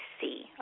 see